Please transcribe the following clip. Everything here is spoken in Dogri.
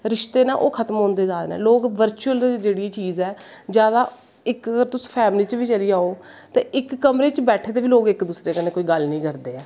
रिश्ते नै ओह् खत्म होंदे जा करदे नै लोग बर्चुअल जेह्ड़ी चीज़ ऐ जादा इक अगर तुस फैमली च बी चली जाओ ते इक कमरे च बैठे दे बी लोग इक दूसरे कन्नै गल्ल बात नी करदे हैन नै